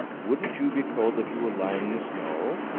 wouldn't you be cold if you were lying in the snow?